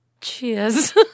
Cheers